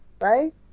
right